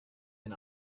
den